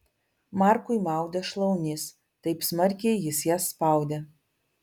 markui maudė šlaunis taip smarkiai jis jas spaudė